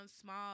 small